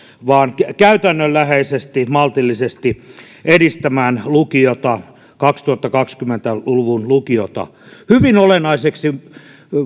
on lähdetty käytännönläheisesti maltillisesti edistämään lukiota kaksituhattakaksikymmentä luvun lukiota hyvin olennaiseksi